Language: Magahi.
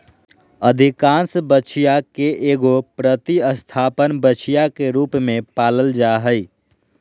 अधिकांश बछिया के एगो प्रतिस्थापन बछिया के रूप में पालल जा हइ